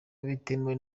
bitemewe